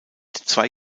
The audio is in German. zwei